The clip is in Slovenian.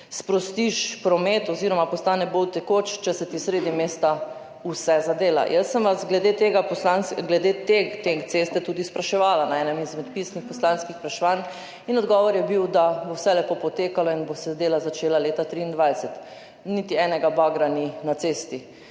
sprostiš promet oziroma postane bolj tekoč, če se ti sredi mesta vse zadela. Jaz sem vas glede te ceste tudi spraševala na enem izmed pisnih poslanskih vprašanj in odgovor je bil, da bo vse lepo potekalo in se bodo dela začela leta 2023. Niti enega bagra ni na cesti,